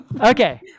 Okay